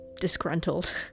disgruntled